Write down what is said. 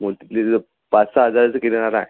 मोठी लिस्ट पाच सहा हजाराचा किराणा आहे